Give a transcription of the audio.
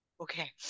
Okay